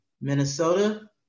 Minnesota